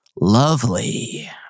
lovely